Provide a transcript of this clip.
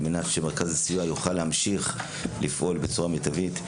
מנת שמרכז הסיוע יוכל להמשיך לפעול בצורה מיטבית.